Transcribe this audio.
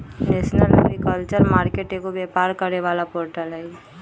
national agriculture market एगो व्यापार करे वाला पोर्टल हई